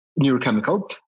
neurochemical